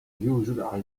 usually